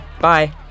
Bye